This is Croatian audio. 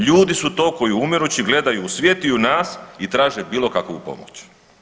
Ljudi su to koji umirući gledaju u svijet i u nas i traže bilo kakvu pomoć.